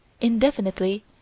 indefinitely